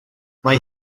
mae